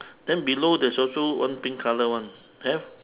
then below there's also one pink colour one have